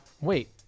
wait